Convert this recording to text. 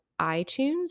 iTunes